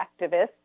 activists